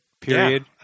period